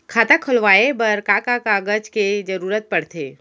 खाता खोलवाये बर का का कागज के जरूरत पड़थे?